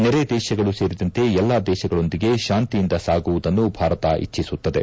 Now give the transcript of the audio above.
ನೆರೆ ದೇಶಗಳು ಸೇರಿದಂತೆ ಎಲ್ಲಾ ದೇಶಗಳೊಂದಿಗೆ ಶಾಂತಿಯಿಂದ ಸಾಗುವುದನ್ನು ಭಾರತ ಇಚ್ದಿಸುತ್ತದೆ